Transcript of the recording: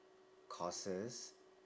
courses